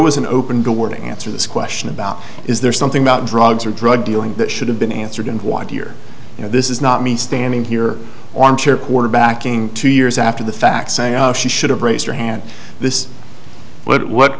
was an open door to answer this question about is there something about drugs or drug dealing that should have been answered and what here you know this is not me standing here on chair quarterbacking two years after the fact saying she should have raised her hand this what what